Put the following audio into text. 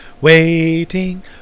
waiting